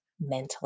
mentally